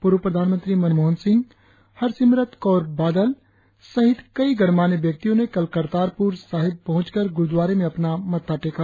पूर्व प्रधानमंत्री मनमोहन सिंह हरसिमरत कौर बादल सहित कई गणमान्य व्यक्तियों ने कल करतारपुर साहिब पहुंचकर गुरुद्वारे में अपना मत्था टेका